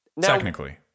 Technically